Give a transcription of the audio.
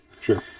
Sure